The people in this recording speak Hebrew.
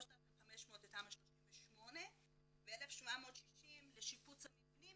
3,500 בתמ"א 38 ו-1,760 לשיפוץ המבנים